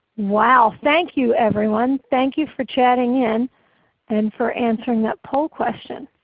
wow, thank you everyone. thank you for chatting in and for answering that poll question.